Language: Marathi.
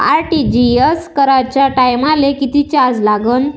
आर.टी.जी.एस कराच्या टायमाले किती चार्ज लागन?